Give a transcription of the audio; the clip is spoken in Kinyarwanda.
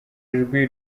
ijwi